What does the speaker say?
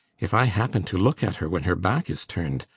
if i happen to look at her when her back is turned,